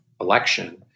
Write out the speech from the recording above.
election